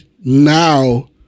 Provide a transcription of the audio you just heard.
now